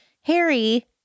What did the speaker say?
Harry